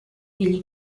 ele